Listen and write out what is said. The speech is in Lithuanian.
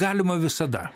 galima visada